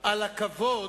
טיבי.